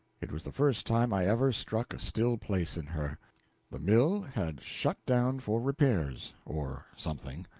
it was the first time i ever struck a still place in her. the mill had shut down for repairs, or something.